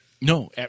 No